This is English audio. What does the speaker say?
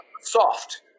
soft